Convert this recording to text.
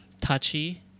touchy